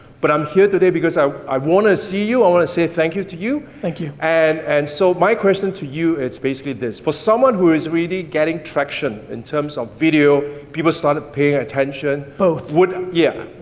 but i'm here today because i i wanna see you, i wanna say thank you to you. thank you. and and so, my question to you, it's basically this. for someone who is really getting traction in terms of video, people started paying attention. both. well, yeah,